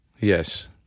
Yes